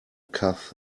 cough